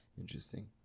interesting